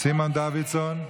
סימון דוידסון,